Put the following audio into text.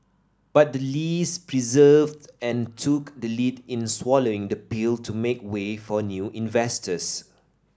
but the Lees persevered and took the lead in swallowing the pill to make way for new investors